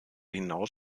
hinaus